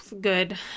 Good